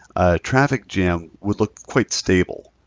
a traffic jam would look quite stable.